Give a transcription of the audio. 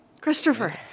Christopher